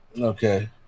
Okay